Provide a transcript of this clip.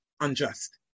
unjust